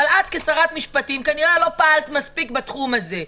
את כשרת משפטים כנראה לא פעלת מספיק בתחום הזה.